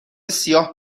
سیاه